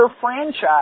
franchise